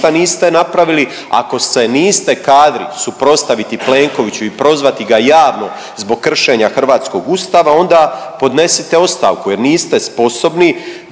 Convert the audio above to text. niste napravili. Ako se niste kadri suprotstaviti Plenkoviću i prozvati ga javno zbog kršenja hrvatskog Ustava, onda podnesite ostavku jer niste sposobni